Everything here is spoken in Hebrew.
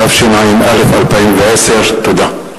התשע"א 2010. תודה.